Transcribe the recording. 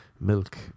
milk